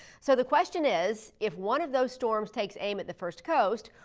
so the question is, if one of those storms takes aim at the first coast,